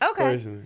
Okay